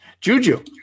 Juju